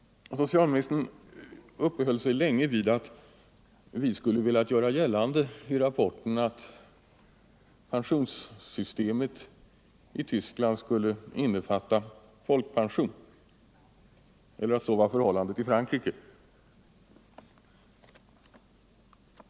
Socialministern uppehöll sig länge vid att vi skulle velat göra gällande i rapporten att pensionssystemet i Tyskland skulle innefatta folkpension eller att så var förhållandet i Frankrike.